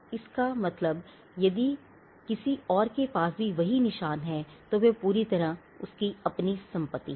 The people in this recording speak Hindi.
इसका मतलब यदि किसी और के पास भी वही निशान है तो वह पूरी तरह से उसकी अपनी संपत्ति है